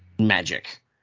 Magic